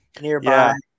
nearby